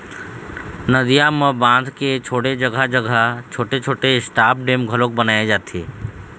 नदियां म बांध के छोड़े जघा जघा छोटे छोटे स्टॉप डेम घलोक बनाए जाथे